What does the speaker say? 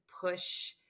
push